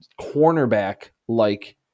cornerback-like